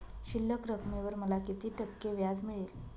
शिल्लक रकमेवर मला किती टक्के व्याज मिळेल?